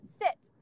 sit